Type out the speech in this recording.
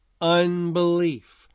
unbelief